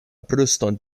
bruston